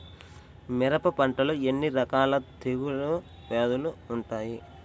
మిరప పంటలో ఎన్ని రకాల తెగులు వ్యాధులు వుంటాయి?